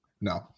No